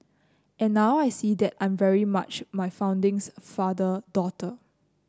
and now I see that I'm very much my founding father daughter